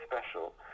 special